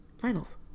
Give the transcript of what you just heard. finals